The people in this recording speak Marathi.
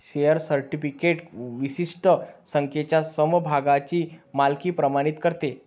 शेअर सर्टिफिकेट विशिष्ट संख्येच्या समभागांची मालकी प्रमाणित करते